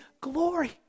glory